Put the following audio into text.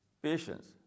Patience